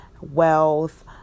wealth